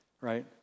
Right